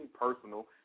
personal